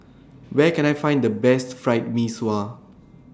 Where Can I Find The Best Fried Mee Sua